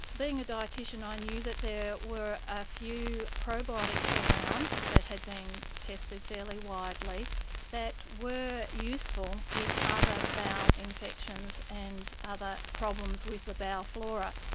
being a dietitian i knew that there were a few probiotics around that had been tested fairly widely that were useful in other bowel infections and other problems with the bowel flora.